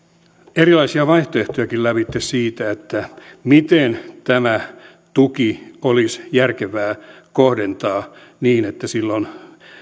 erilaisia vaihtoehtoja lävitse siitä miten tämä tuki olisi järkevää kohdentaa niin että sillä on